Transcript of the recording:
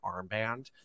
armband